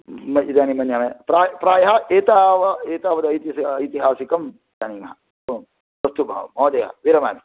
न इदानीं न ज्ञाय प्र प्रायः एताव एतावद् ऐतिस्य ऐतिहासिकं जानीमः ओम् अस्तु भोः महोदय विरमामि